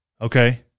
okay